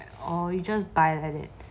or you just buy like that